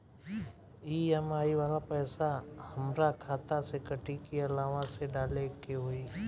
EMI वाला पैसा हाम्रा खाता से कटी की अलावा से डाले के होई?